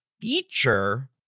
feature